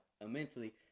immensely